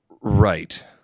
Right